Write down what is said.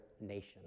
nation